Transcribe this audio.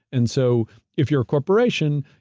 and so if you're a corporation,